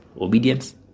obedience